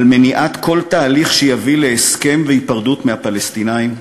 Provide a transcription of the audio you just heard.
על מניעת כל תהליך שיביא להסכם ולהיפרדות מהפלסטינים,